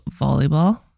volleyball